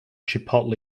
chipotle